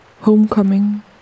Homecoming